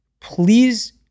please